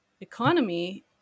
economy